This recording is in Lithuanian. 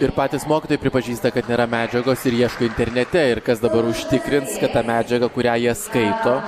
ir patys mokytojai pripažįsta kad nėra medžiagos ir ieško internete ir kas dabar užtikrins kad ta medžiaga kurią jie skaito